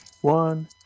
one